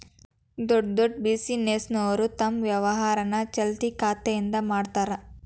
ದೊಡ್ಡ್ ದೊಡ್ಡ್ ಬಿಸಿನೆಸ್ನೋರು ತಮ್ ವ್ಯವಹಾರನ ಚಾಲ್ತಿ ಖಾತೆಯಿಂದ ಮಾಡ್ತಾರಾ